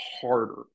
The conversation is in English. harder